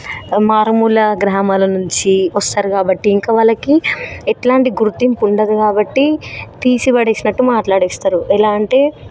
మారుమూల గ్రామాల నుంచి వస్తారు కాబట్టి ఇంకా వాళ్ళకి ఎట్లాంటి గుర్తింపు ఉండదు కాబట్టి తీసిపాడేసినట్టు మాట్లేడేస్తారు ఎలా అంటే